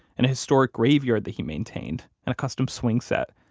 and a historic graveyard that he maintained, and a custom swing set,